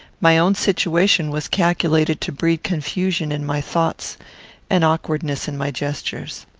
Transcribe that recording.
my own situation was calculated to breed confusion in my thoughts and awkwardness in my gestures.